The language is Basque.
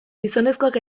gizonezkoak